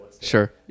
sure